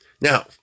Now